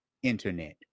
internet